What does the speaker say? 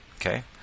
okay